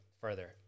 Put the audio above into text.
further